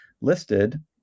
listed